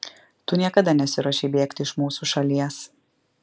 tu niekada nesiruošei bėgti iš mūsų šalies